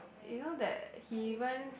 you know that he even